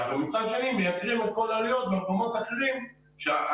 ומצד שני הם מייקרים את כל העלויות במקומות אחרים שאנחנו,